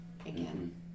again